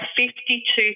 52